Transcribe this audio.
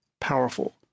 powerful